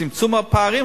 צמצום הפערים,